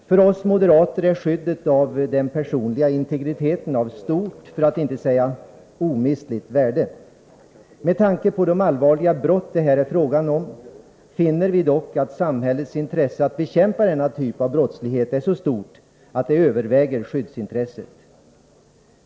För oss moderater är skyddet av den personliga integriteten av stort för att inte säga omistligt värde. Med tanke på de allvarliga brott det här är fråga om, finner vi dock att samhällets intresse av att bekämpa denna typ av brottslighet är så stort att det överväger skyddsintresset.